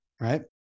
right